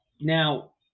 Now